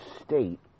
state